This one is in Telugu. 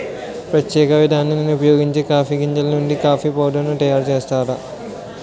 ప్రత్యేక విధానాన్ని ఉపయోగించి కాఫీ గింజలు నుండి కాఫీ పౌడర్ ను తయారు చేస్తారు